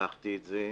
לקחתי את זה.